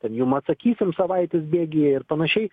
ten jum atsakysim savaitės bėgyje ir panašiai